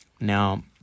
Now